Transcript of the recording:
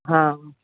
हा